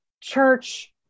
church